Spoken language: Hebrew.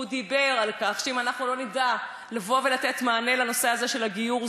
הוא אמר שאם אנחנו לא נדע לבוא ולתת מענה לנושא הזה של הגיור,